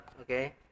okay